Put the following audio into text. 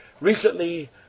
recently